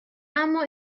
اما